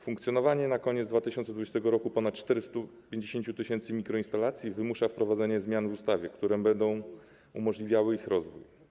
Funkcjonowanie pod koniec 2020 r. ponad 450 tys. mikroinstalacji wymusza wprowadzenie zmian w ustawie, które będą umożliwiały ich rozwój.